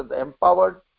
empowered